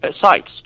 sites